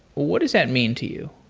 what does that mean to you?